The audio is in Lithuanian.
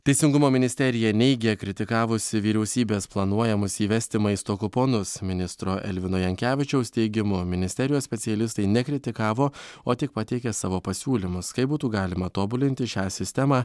teisingumo ministerija neigia kritikavusi vyriausybės planuojamus įvesti maisto kuponus ministro elvino jankevičiaus teigimu ministerijos specialistai nekritikavo o tik pateikė savo pasiūlymus kaip būtų galima tobulinti šią sistemą